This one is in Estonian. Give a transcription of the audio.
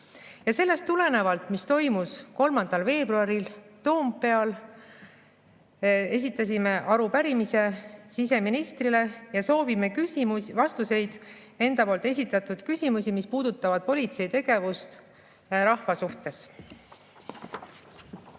Ja tulenevalt sellest, mis toimus 3. veebruaril Toompeal, esitasime arupärimise siseministrile ja soovime vastuseid enda esitatud küsimustele, mis puudutavad politsei tegevust rahva suhtes.